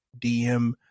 DM